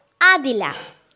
Adila